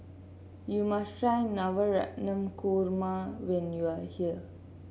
you must try Navratan Korma when you are here